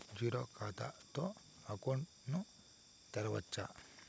Zero ఖాతా తో account ను తెరవచ్చా?